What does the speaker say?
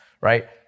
right